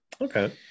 Okay